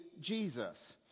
Jesus